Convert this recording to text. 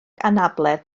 anabledd